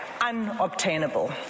unobtainable